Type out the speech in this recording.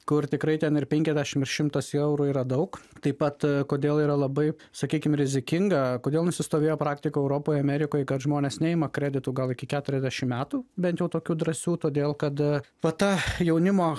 kur tikrai ten ir penkiasdešimt ir šimtas eurų yra daug taip pat kodėl yra labai sakykim rizikinga kodėl nusistovėjo praktika europoj amerikoj kad žmonės neima kreditų gal iki keturiasdešimt metų bent jau tokių drąsių todėl kad va ta jaunimo